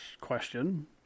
question